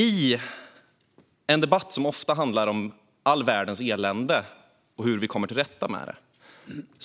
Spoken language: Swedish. I en debatt som ofta handlar om all världens elände och hur vi kommer till rätta med